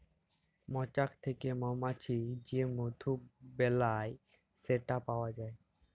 মচাক থ্যাকে মমাছি যে মধু বেলায় সেট পাউয়া যায়